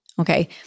Okay